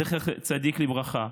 זכר צדיק לברכה.